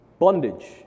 Bondage